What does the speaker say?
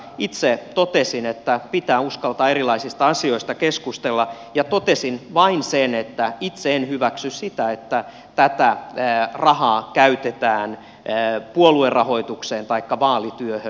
itse totesin että pitää uskaltaa erilaisista asioista keskustella ja totesin vain sen että itse en hyväksy sitä että tätä rahaa käytetään puoluerahoitukseen taikka vaalityöhön